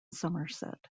somerset